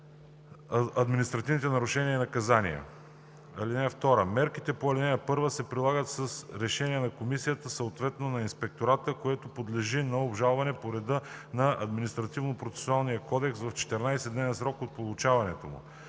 административните нарушения и наказания. (2) Мерките по ал. 1 се прилагат с решение на комисията, съответно на инспектората, което подлежи на обжалване по реда на Административнопроцесулния кодекс в 14-дневен срок от получаването му.